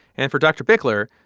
and for dr. bickler,